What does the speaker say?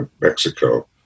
Mexico